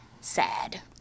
sad